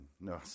No